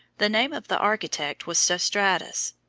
the name of the architect was sostratus.